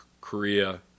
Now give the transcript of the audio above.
Korea